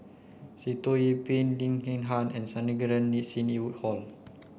Sitoh Yih Pin Lim Peng Han and Sandrasegaran Sidney Woodhull